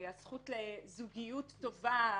הזכות לזוגיות טובה,